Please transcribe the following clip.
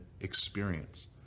experience